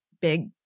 big